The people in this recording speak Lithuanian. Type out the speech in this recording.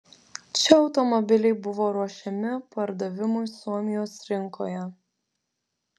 čia automobiliai buvo ruošiami pardavimui suomijos rinkoje